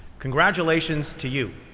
congratulations to you.